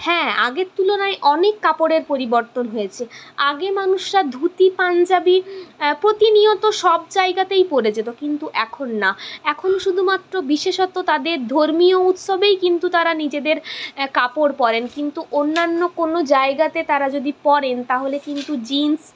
হ্যাঁ আগের তুলনায় অনেক কাপড়ের পরিবর্তন হয়েছে আগে মানুষরা ধুতি পাঞ্জাবি প্রতিনিয়ত সব জায়গাতেই পরে যেত কিন্তু এখন না এখন শুধুমাত্র বিশেষত তাদের ধর্মীয় উৎসবেই কিন্তু তারা নিজেদের কাপড় পরেন কিন্তু অন্যান্য কোনো জায়গাতে তারা যদি পরেন তাহলে কিন্তু জিন্স